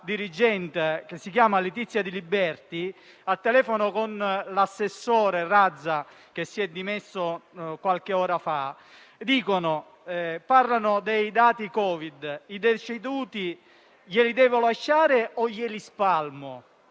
la dirigente regionale Letizia Di Liberti, al telefono con l'assessore alla salute Razza, che si è dimesso qualche ora fa, parlando dei dati Covid, chiede: «I deceduti glieli devo lasciare o glieli spalmo?».